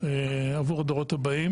עבור הדורות הבאים